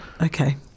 Okay